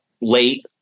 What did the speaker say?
late